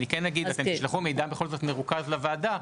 לוועדה,